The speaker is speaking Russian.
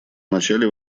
начале